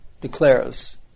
declares